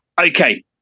Okay